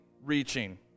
reaching